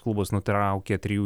klubas nutraukė trijų